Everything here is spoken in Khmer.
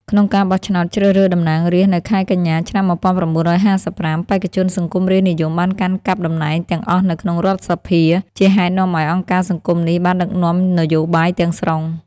ក្នុងការបោះឆ្នោតជ្រើសរើសតំណាងរាស្ត្រនៅខែកញ្ញា ឆ្នាំ ១៩៥៥ បេក្ខជនសង្គមរាស្ត្រនិយមបានកាន់កាប់តំណែងទាំងអស់នៅក្នុងរដ្ឋសភា ជាហេតុនាំឱ្យអង្គការសង្គមនេះបានដឹកនាំនយោបាយទាំងស្រុង។